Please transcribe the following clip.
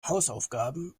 hausaufgabe